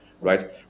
right